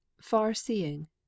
far-seeing